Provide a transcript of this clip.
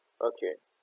okay